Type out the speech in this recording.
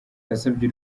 yasabye